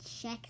Check